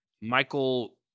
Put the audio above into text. Michael